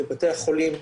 מבתי החולים,